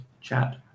chat